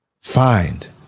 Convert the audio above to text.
find